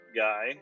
guy